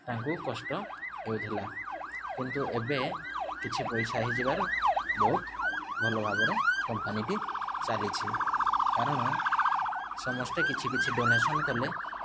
ତାଙ୍କୁ କଷ୍ଟ ହେଉଥିଲା କିନ୍ତୁ ଏବେ କିଛି ପଇସା ହୋଇଯିବାରୁ ବହୁତ ଭଲ ଭାବରେ କମ୍ପାନୀଟି ଚାଲିଛି କାରଣ ସମସ୍ତେ କିଛି କିଛି ଡୋନେସନ୍ କଲେ